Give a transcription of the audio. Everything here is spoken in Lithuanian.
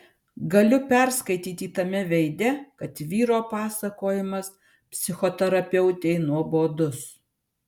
galiu perskaityti tame veide kad vyro pasakojimas psichoterapeutei nuobodus